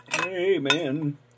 Amen